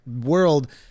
World